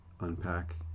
unpack